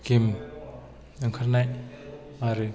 game ओंखारनाय आरो